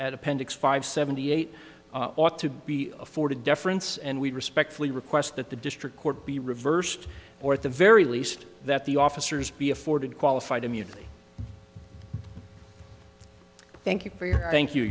at appendix five seventy eight ought to be afforded deference and we respectfully request that the district court be reversed or at the very least that the officers be afforded qualified immunity thank you for your thank you